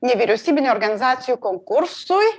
nevyriausybinių organizacijų konkursui